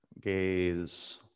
Gaze